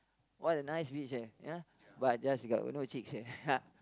what a nice beach eh ya but just got no chicks here